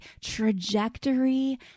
trajectory